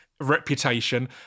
reputation